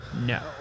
no